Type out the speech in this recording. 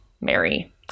Mary